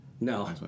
No